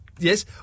Yes